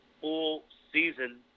full-season